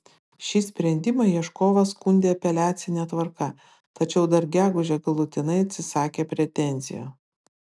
šį sprendimą ieškovas skundė apeliacine tvarka tačiau dar gegužę galutinai atsisakė pretenzijų